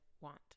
want